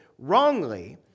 wrongly